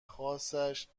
خاصش